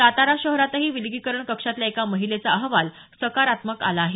सातारा शहरातही विलगीकरण कक्षातल्या एका महिलेचा अहवाल सकारात्मक आला आहे